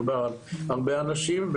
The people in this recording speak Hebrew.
מדובר בהרבה אנשים,